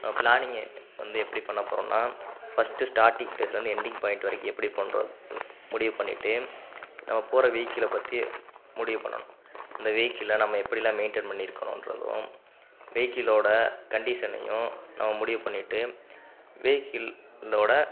planning வந்து எப்படி பண்ண போகிறோம்னா ஃபர்ஸ்ட்டு ஸ்டார்டிங் ப்ளேஸில் இருந்து எண்டிங் பாயிண்ட் வரைக்கும் எப்படி பண்ணுறது முடிவு பண்ணிட்டு நம்ம போகிற வெஹிகிளை பற்றி முடிவு பண்ணணும் இந்த வெஹிகிளை நம்ம எப்படில்லாம் மெயின்டேன் பண்ணியிருக்கணும் என்றதும் வெஹிகிள்லோடய கண்டிஷனையும் நம்ம முடிவு பண்ணிவிட்டு வெஹிகிளோடய